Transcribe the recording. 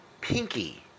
Pinky